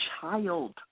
child